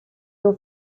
your